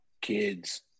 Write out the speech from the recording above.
kids